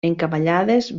encavallades